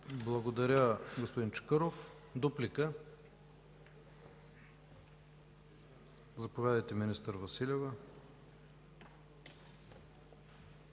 Благодаря, господин Чакъров. Дуплика – заповядайте, министър Василева.